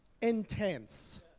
intense